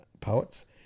poets